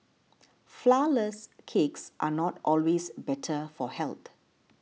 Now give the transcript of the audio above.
Flourless Cakes are not always better for health